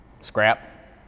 Scrap